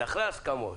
זה אחרי הסכמות.